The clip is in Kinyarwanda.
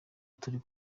turi